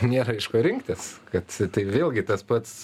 nėra iš ko rinktis kad tai vėlgi tas pats